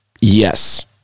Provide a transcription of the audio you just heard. Yes